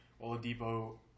Oladipo